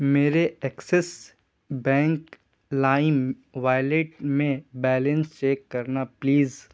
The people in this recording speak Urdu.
میرے ایکسس بینک لائم والیٹ میں بیلنس چیک کرنا پلیز